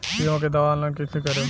बीमा के दावा ऑनलाइन कैसे करेम?